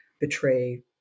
betray